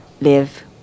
live